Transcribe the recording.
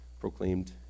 Proclaimed